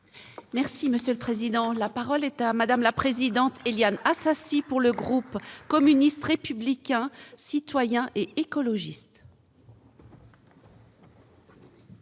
Merci monsieur le président de la parole est à madame la présidente : Éliane Assassi pour le groupe communiste républicain et citoyen et écologiste.